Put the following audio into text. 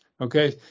okay